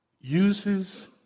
uses